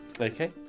Okay